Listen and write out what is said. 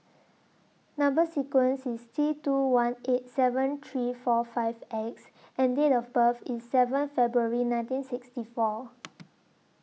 Number sequence IS T two one eight seven three four five X and Date of birth IS seventh February nineteen sixty four